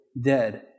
dead